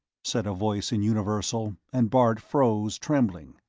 said a voice in universal, and bart froze, trembling.